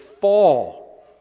fall